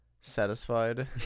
satisfied